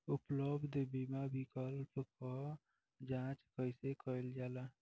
उपलब्ध बीमा विकल्प क जांच कैसे कइल जाला?